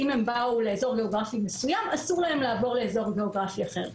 אם הם באו לאזור גיאוגרפי מסוים אסור להם לעבור לאזור גיאוגרפי אחר.